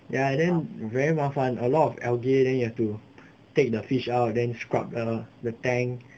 ya then very 麻烦 a lot of algae then you have to take the fish out then scrub the the tank